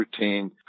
routine